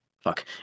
fuck